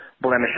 blemishes